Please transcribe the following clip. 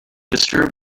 disturbed